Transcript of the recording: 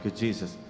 jesus